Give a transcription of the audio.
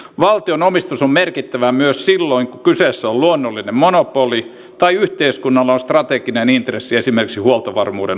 valtion omistus on merkittävää myös silloin kun kyseessä on luonnollinen monopoli tai yhteiskunnalla on strateginen intressi esimerkiksi huoltovarmuuden osalta